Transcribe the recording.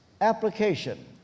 application